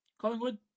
Collingwood